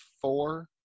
four